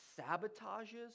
sabotages